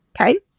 okay